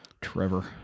Trevor